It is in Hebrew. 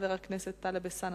חבר הכנסת טלב אלסאנע,